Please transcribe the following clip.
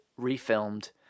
refilmed